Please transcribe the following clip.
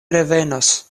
revenos